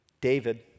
David